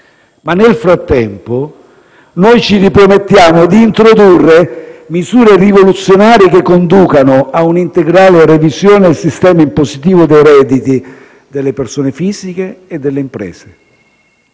Nel frattempo, però, ci ripromettiamo di introdurre misure rivoluzionarie, che conducano a un'integrale revisione del sistema impositivo dei redditi, delle persone fisiche e delle imprese.